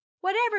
Whatever